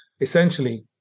essentially